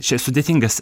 čia sudėtingas